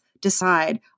decide